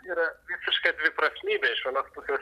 yra visiška dviprasmybė iš vienos pusės